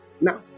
Now